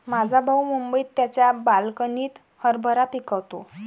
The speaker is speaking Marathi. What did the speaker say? माझा भाऊ मुंबईत त्याच्या बाल्कनीत हरभरा पिकवतो